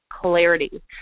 clarity